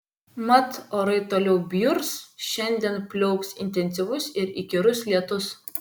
mat orai toliau bjurs šiandien pliaups intensyvus ir įkyrus lietus